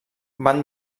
van